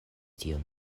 tion